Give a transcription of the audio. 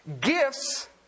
Gifts